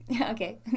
Okay